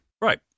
Right